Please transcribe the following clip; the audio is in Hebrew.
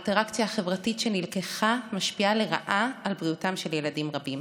האינטראקציה החברתית שנלקחה משפיעות לרעה על בריאותם של ילדים רבים.